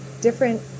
different